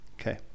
Okay